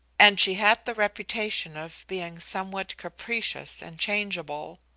and she had the reputation of being somewhat capricious and changeable.